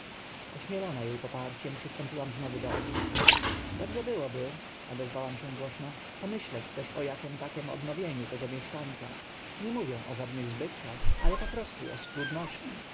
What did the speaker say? ośmielona e poparciem przystąpiłam znowu do okna dobrze byłoby odezwałam się głośno pomyśleć też o akim takim odnowieniu tego mieszkanka nie mówię o żadnych zbytkach ale po prostu o